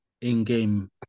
in-game